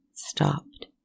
Stopped